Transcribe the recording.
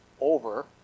over